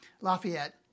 Lafayette